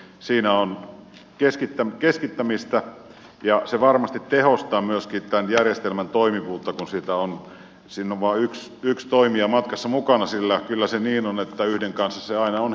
siinä on keskittämistä ja se varmasti tehostaa myöskin tämän järjestelmän toimivuutta kun siinä on vain yksi toimija matkassa mukana sillä kyllä se niin on että yhden kanssaan on